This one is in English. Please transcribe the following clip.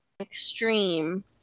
extreme